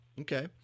okay